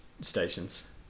stations